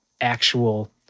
actual